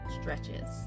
stretches